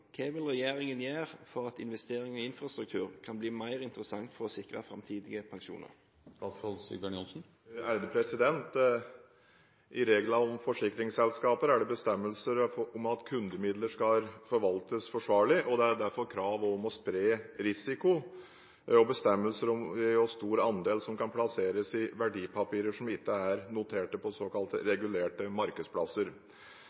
hva vil regjeringen gjøre for at investeringer i infrastruktur kan bli mer interessant for å sikre fremtidige pensjoner?» I reglene for livsforsikringsselskaper er det bestemmelser om at kundemidler skal forvaltes forsvarlig, og det er derfor krav om å spre risiko og bestemmelser om hvor stor andel som kan plasseres i verdipapirer som ikke er noterte på såkalte